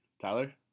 Tyler